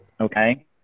okay